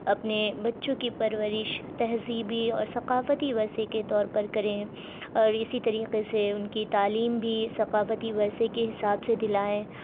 اپنے بچوں کی پرورش تہذیبی اور ثقافتی ورثے کے طور پر کریں اور اسی طریقے سے ان کی تعلیم بھی ثقافتی ورثے کے حساب سے دلائیں